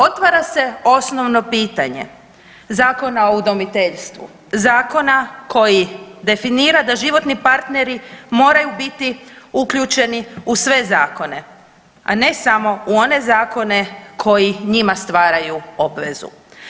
Otvara se osnovno pitanje Zakona o udomiteljstvu, zakona koji definira da životni partneri moraju biti uključeni u sve zakone, a ne samo u one zakone koji njima stvaraju obvezu.